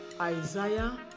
Isaiah